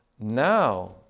now